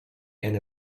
and